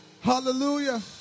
Hallelujah